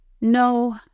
No